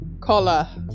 Collar